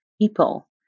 people